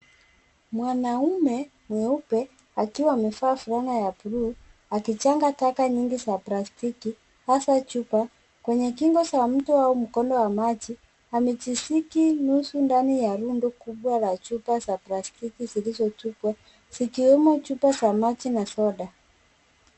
Mwanaume mweupe akiwa amevaa fulana ya buluu akichanga taka nyingi za plastiki, hasaa chupa kwenye kingo za mto au mkondo wa maji, amejisiki nusu ndani ya rundo kubwa la chupa za plastiki zilizotupwa, zikiwemo chupa za maji na za soda.